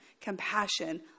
Compassion